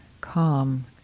calm